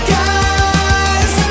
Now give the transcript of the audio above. guys